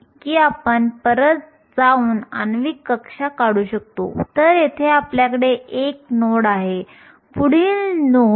valence बँडच्या वरच्या आणि वाहक बँडच्या तळाशी असलेला फरक म्हणजे बँड अंतर होय